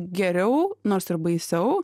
geriau nors ir baisiau